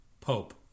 Pope